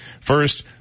First